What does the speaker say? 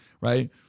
right